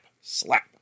slap